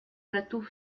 plateau